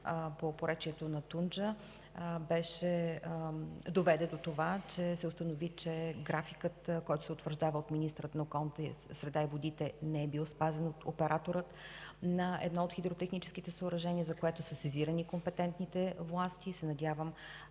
по поречието на река Тунджа, доведе до това, че се установи, че графикът, който се утвърждава от министъра на околната среда и водите, не е бил спазен от оператора на едно от хидротехническите съоръжения, за което са сезирани компетентните власти, и се надявам